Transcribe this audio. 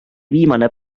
viimane